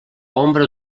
ombra